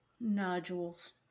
Nodules